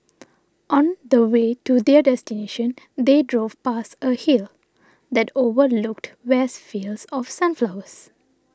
on the way to their destination they drove past a hill that overlooked vast fields of sunflowers